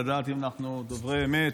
לדעת אם אנחנו דוברי אמת,